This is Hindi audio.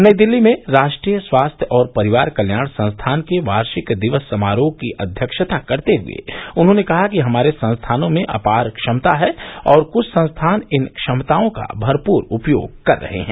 नई दिल्ली में राष्ट्रीय स्वास्थ्य और परिवार कल्याण संस्थान के वार्षिक दिवस समारोह की अध्यक्षता करते हए उन्होंने कहा कि हमारे संस्थानों में अपार क्षमता है और क्छ संस्थान इन क्षमताओं का भरपूर उपयोग कर रहे हैं